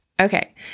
Okay